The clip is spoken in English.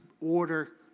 order